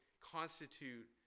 constitute